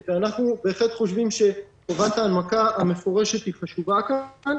אנחנו בהחלט חושבים שחובת ההנמקה המפורשת היא חשובה כאן.